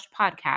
podcast